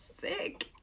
sick